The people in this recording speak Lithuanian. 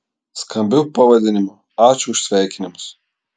skambiu pavadinimu ačiū už sveikinimus